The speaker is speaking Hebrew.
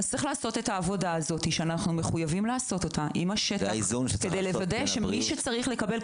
צריך לעשות את העבודה הזאת שאנחנו מחויבים לה כדי לוודא שמי שצריך לקבל,